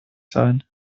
sein